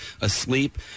asleep